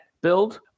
build